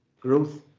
growth